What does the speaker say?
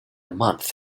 month